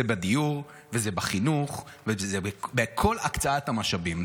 זה בדיור, וזה בחינוך, וזה בכל הקצאת המשאבים.